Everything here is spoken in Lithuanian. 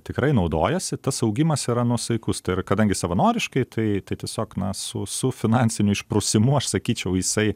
tikrai naudojasi tas augimas yra nuosaikus tai yra kadangi savanoriškai tai tai tiesiog nasu su su finansiniu išprusimu aš sakyčiau jisai